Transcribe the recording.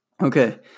Okay